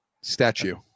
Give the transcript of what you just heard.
statue